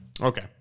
Okay